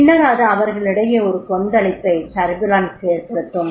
பின்னர் அது அவர்களிடையே ஒரு கொந்தளிப்பை ஏற்படுத்தும்